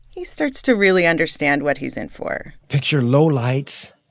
he starts to really understand what he's in for picture low lights,